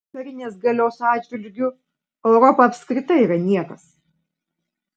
karinės galios atžvilgiu europa apskritai yra niekas